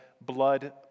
blood